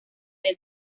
del